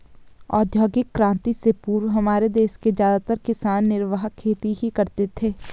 औद्योगिक क्रांति से पूर्व हमारे देश के ज्यादातर किसान निर्वाह खेती ही करते थे